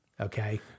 Okay